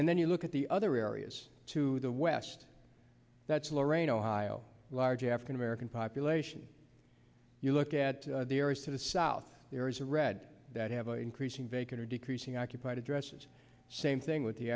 and then you look at the other areas to the west that's lorain ohio large african american population you look at the areas to the south there is a red that have increasing vacant or decreasing occupied addresses same thing with the